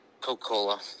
Coca-Cola